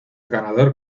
ganador